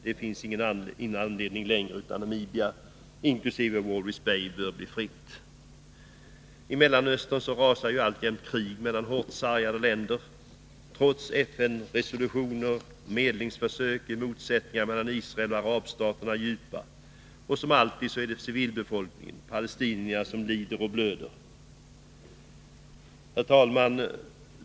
Det finns ingen anledning längre att förhindra att Namibia och Walvis Bay blir fritt. I Mellanöstern rasar alltjämt kriget mellan hårt sargade länder. Trots FN-resolutioner och medlingsförsök är motsättningarna mellan Israel och arabstaterna djupa. Och, som alltid, är det civilbefolkningen — palestinierna — som lider och blöder. Herr talman!